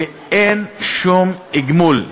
ואין שום גמול.